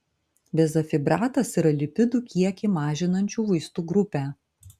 bezafibratas yra lipidų kiekį mažinančių vaistų grupė